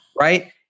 right